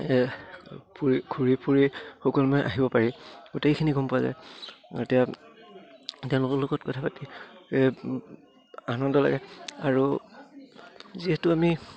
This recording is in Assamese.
ফুৰি ঘূৰি ফুৰি সকলোৱে আহিব পাৰি গোটেইখিনি গম পোৱা যায় এতিয়া তেওঁলোকৰ লগত কথা পাতি আনন্দ লাগে আৰু যিহেতু আমি